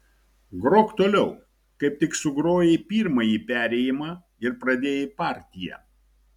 grok toliau kaip tik sugrojai pirmąjį perėjimą ir pradėjai partiją